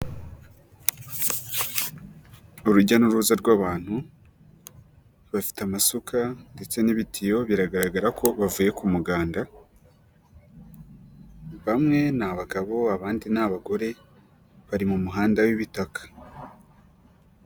Urujya n'uruza rw'abantu, bafite amasuka ndetse n'ibitiyo biragaragara ko bavuye ku muganda, bamwe ni abagabo abandi ni abagore bari mu muhanda w'ibitaka.